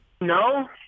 No